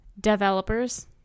Developers